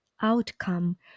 outcome